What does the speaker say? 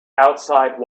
outside